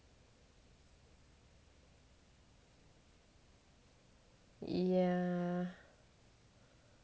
yeah